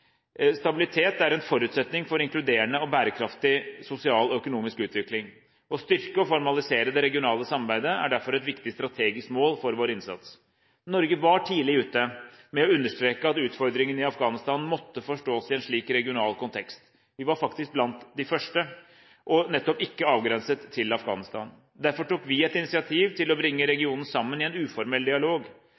Stabilitet er en forutsetning for inkluderende og bærekraftig sosial og økonomisk utvikling. Å styrke og formalisere det regionale samarbeidet er derfor et viktig strategisk mål for vår innsats. Norge var tidlig ute med å understreke at utfordringene i Afghanistan måtte forstås i en slik regional kontekst – vi var faktisk blant de første – og nettopp ikke avgrenset til Afghanistan. Derfor tok vi et initiativ til å bringe regionen sammen i en uformell dialog.